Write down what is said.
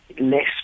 less